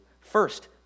First